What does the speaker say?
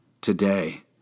today